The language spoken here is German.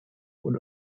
und